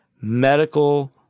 medical